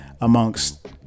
amongst